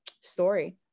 story